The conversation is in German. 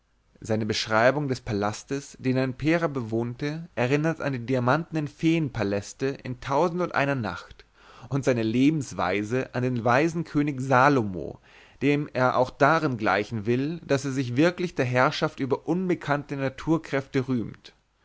seine beschreibung des palastes den er in pera bewohnte erinnert an die diamantnen feen paläste in tausendundeiner nacht und seine lebensweise an den weisen könig salomo dem er auch darin gleichen will daß er sich wirklich der herrschaft über unbekannte naturkräfte rühmt